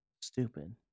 stupid